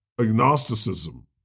agnosticism